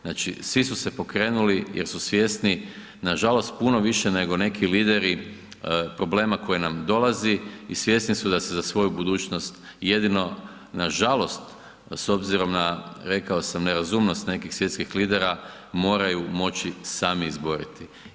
Znači svi su se pokrenuli jer su svjesni nažalost puno više nego neki lideri problema koji nam dolazi i svjesni su da se za svoju budućnost jedino nažalost s obzirom rekao sam nerazumnost nekih svjetskih lidera moraju moći sami izboriti.